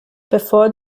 bevor